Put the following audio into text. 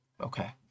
Okay